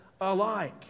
alike